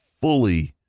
fully